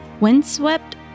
Windswept